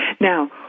now